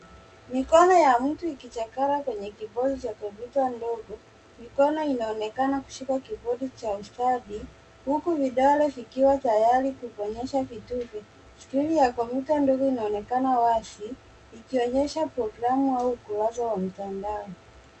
Mikono ya mtu ikichakara kwenye kibonzi ya(cs) kompyuta(cs) dogo. Mikono inaonekana kushika kibovyo cha ustadi, huku vidole vikiwa tayari kubonyesha vituvi. (cs)Screen(cs) ya (cs)kompyuta(cs) dogo linaonekana wazi likionyesha (cs)programu(cs) au ukurasa wa mitandao.